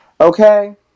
Okay